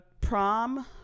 prom